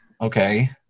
Okay